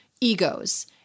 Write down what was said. egos